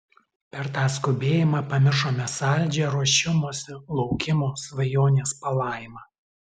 per tą skubėjimą pamiršome saldžią ruošimosi laukimo svajonės palaimą